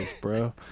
bro